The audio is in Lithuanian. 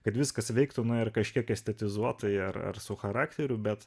kad viskas veiktų na ir kažkiek estetizuotai ar su charakteriu bet